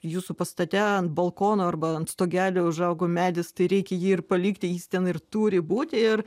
jūsų pastate ant balkono arba ant stogelio užaugo medis tai reikia jį ir palikti jis ten ir turi būti ir